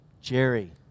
Jerry